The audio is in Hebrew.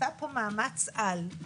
עשתה פה מאמץ על,